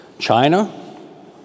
China